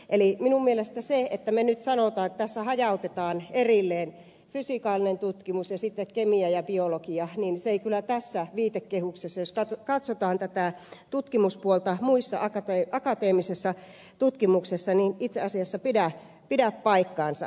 eli minun mielestäni jos me nyt sanomme että tässä hajautetaan erilleen fysikaalinen tutkimus ja sitten kemia ja biologia niin se ei kyllä tässä viitekehyksessä jos katsotaan tätä tutkimuspuolta muussa akateemisessa tutkimuksessa itse asiassa pidä paikkaansa